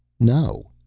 no!